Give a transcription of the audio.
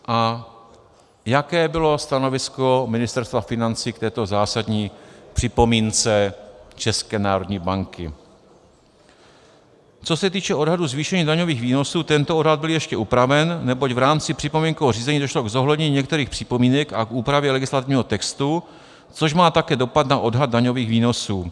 A jaké bylo stanovisko Ministerstva financí k této zásadní připomínce České národní banky: Co se týče odhadů zvýšení daňových výnosů, tento odhad byl ještě upraven, neboť v rámci připomínkového řízení došlo k zohlednění některých připomínek a k úpravě legislativního textu, což má také dopad na odhad daňových výnosů.